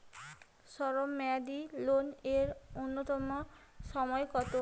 স্বল্প মেয়াদী লোন এর নূন্যতম সময় কতো?